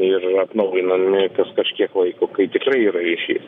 ir yra atnaujinami kas kažkiek laiko kai tikrai yra ryšys